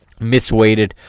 misweighted